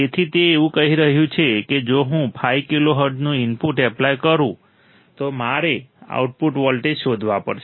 તેથી તે એવું કહી રહ્યું છે કે જો હું 5 કિલોહર્ટ્ઝનું ઇનપુટ એપ્લાય કરું તો મારે આઉટપુટ વોલ્ટેજ શોધવા પડશે